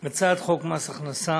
את הצעת חוק מס הכנסה